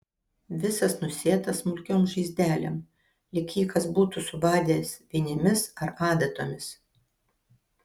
visas nusėtas smulkiom žaizdelėm lyg jį kas būtų subadęs vinimis ar adatomis